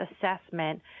assessment